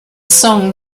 song